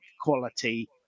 quality